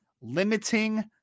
limiting